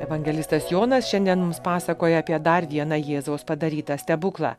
evangelistas jonas šiandien mums pasakoja apie dar vieną jėzaus padarytą stebuklą